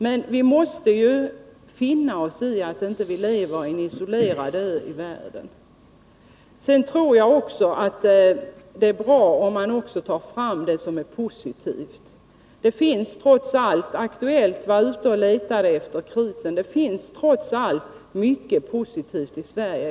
Men vi måste finna oss i att vi inte lever på en isolerad ö i världen. Sedan tror jag att det är bra om man också tar fram det som är positivt. Aktuellt var ute och letade efter krisen. Det finns trots allt mycket positivt i Sverige.